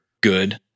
good